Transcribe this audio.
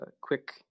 quick